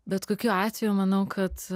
bet kokiu atveju manau kad